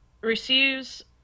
receives